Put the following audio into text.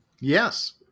Yes